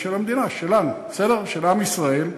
זה של המדינה, שלנו, של עם ישראל,